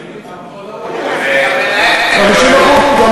יותר מ-60%, אז, במחוז ההוא, היא גם מנהלת מצוינת.